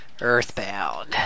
Earthbound